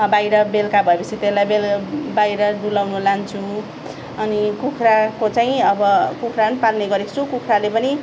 बाहिर बेलुका भएपछि त्यसलाई बेल बाहिर डुलाउनु लान्छु अनि कुखुराको चाहिँ अब कुखुरा पनि पाल्ने गरेको छु कुखुराले पनि